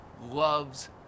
loves